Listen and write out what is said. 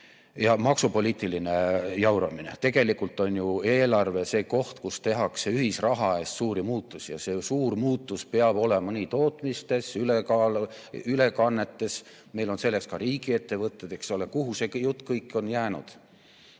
ja maksupoliitiline jauramine. Tegelikult on ju eelarve see koht, kus tehakse ühisraha eest suuri muudatusi ja see suur muudatus peab olema nii tootmises kui ka ülekannetes. Meil on selleks ka riigiettevõtted. Kuhu see jutt kõik on jäänud?